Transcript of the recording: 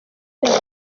leta